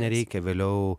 nereikia vėliau